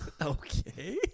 Okay